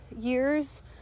years